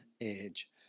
edge